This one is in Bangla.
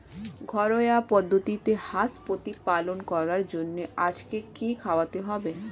ঘরোয়া পদ্ধতিতে হাঁস প্রতিপালন করার জন্য আজকে কি খাওয়াতে হবে?